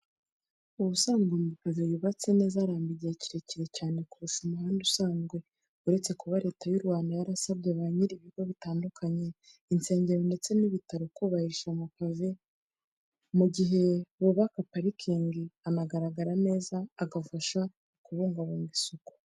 Ubusanzwe amapave yubatse neza aramba igihe kirekire cyane kurusha umuhanda usanzwe. Uretse kuba Leta y'u Rwanda yarasabye ba nyir'ibigo bitandukanye, insengero ndetse n'ibitaro kubakisha amapave mu gihe bubaka parikingi, anagaragara neza agafasha mu kubungabunga isuku.